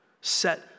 set